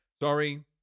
Sorry